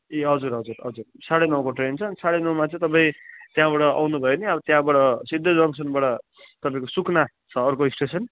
ए हजुर हजुर हजुर साढे नौको ट्रेन छ अनि साढे नौमा चाहिँ तपाईँ त्यहाँबाट आउनुभयो भने अब त्यहाँबाट सिधै जङ्गसनबाट तपाईँको सुकुना छ अर्को स्टेसन